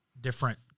different